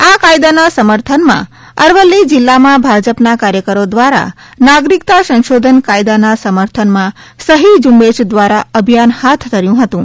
આ કાયદાના સમર્થનમાં અરવલ્લી જિલ્લામાં ભાજપના કાર્યકરો દ્વારા નાગરિકતા સંશોધન કાયદાના સમર્થનમાં સહી ઝુંબેશ દ્વારા અભિયાન હાથ ધર્યું હતું